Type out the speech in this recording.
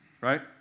right